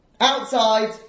outside